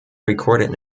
recorded